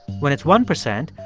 when it's one percent,